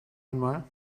einmal